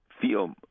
feel